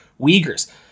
Uyghurs